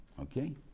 okay